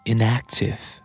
Inactive